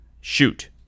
shoot